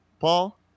Paul